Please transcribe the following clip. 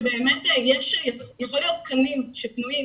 שבאמת יכול להיות תקנים שפנויים.